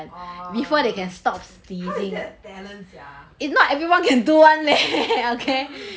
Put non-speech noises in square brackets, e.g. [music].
orh how is that a talent sia [laughs]